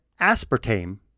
aspartame